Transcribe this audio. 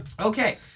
Okay